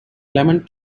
lemon